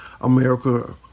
America